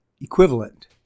equivalent